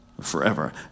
forever